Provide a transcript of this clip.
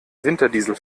winterdiesel